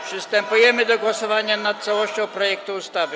Przystępujemy do głosowania nad całością projektu ustawy.